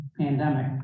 pandemic